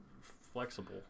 flexible